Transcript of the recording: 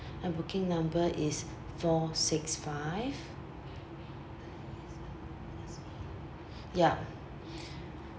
my booking number is four six five yup